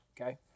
okay